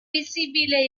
visibile